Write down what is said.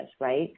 right